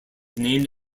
named